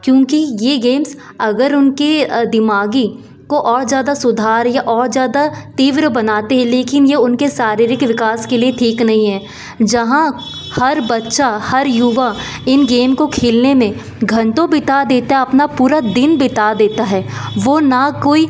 क्योंकि यह गेम्स अगर उनके दिमागी को और ज़्यादा सुधार या और ज़्यादा तीव्र बनाते हैं लेकिन यह उनके शारीरिक विकास के लिए ठीक नहीं है जहाँ हर बच्चा हर युवा इन गेम को खेलने में घंटों बीता देता अपना पूरा दिन बीता देता है वह न कोई